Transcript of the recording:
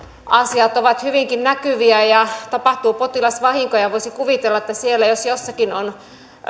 asiat ovat hyvinkin näkyviä ja tapahtuu potilasvahinkoja voisi kuvitella että siellä jos jossakin on